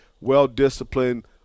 well-disciplined